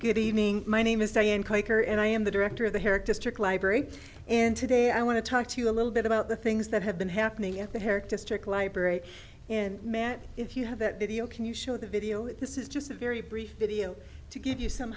good evening my name is diane quaker and i am the director of the hare district library and today i want to talk to you a little bit about the things that have been happening at her district library and man if you have that video can you show the video this is just a very brief video to give you some